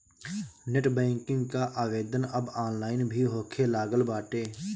net banking कअ आवेदन अब ऑनलाइन भी होखे लागल बाटे